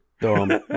dumb